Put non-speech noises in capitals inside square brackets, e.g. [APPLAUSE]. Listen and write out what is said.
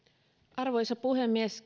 arvoisa puhemies [UNINTELLIGIBLE]